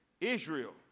Israel